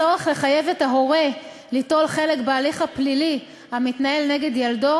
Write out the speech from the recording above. הצורך לחייב את ההורה ליטול חלק בהליך הפלילי המתנהל נגד ילדו,